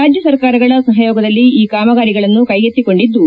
ರಾಜ್ಞ ಸರ್ಕಾರಗಳ ಸಪಯೋಗದಲ್ಲಿ ಈ ಕಾಮಗಾರಿಗಳನ್ನು ಕ್ಷೆಗೆತ್ತಿಕೊಂಡಿದ್ದು